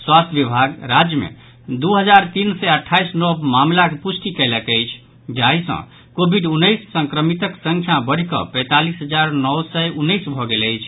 स्वास्थ्य विभाग राज्य मे दू हजार तीन सय अठाईस नव मामिलाक पुष्टि कयलक अछि जाहि सॅ कोविड उन्नैस संक्रमितक संख्या बढ़िकऽ पैंतालीस हजार नओ सय उन्नैस भऽ गेल अछि